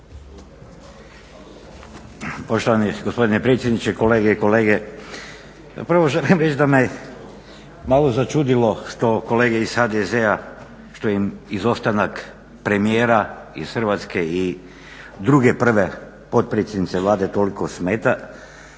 Poštovani gospodine predsjedniče, kolege i kolegice. Prvo želim reći da me malo začudilo što kolege iz HDZ-a, što im izostanak premijera iz Hrvatske i druge prve potpredsjednice Vlade toliko smeta,